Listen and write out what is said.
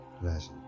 pleasant